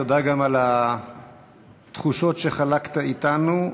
תודה גם על התחושות שחלקת אתנו.